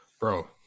Bro